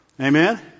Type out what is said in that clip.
Amen